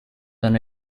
than